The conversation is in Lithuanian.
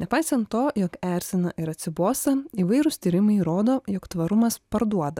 nepaisant to jog erzina ir atsibosta įvairūs tyrimai rodo juk tvarumas parduoda